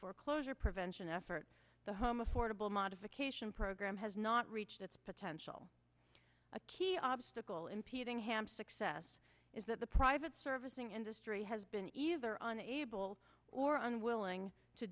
foreclosure prevention efforts the home affordable modification program has not reached its potential a key obstacle impeding hamp success is that the private servicing industry has been either on able or unwilling to